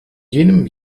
jenem